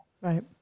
Right